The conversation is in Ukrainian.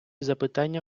запитання